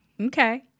Okay